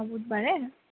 অঁ বুধবাৰে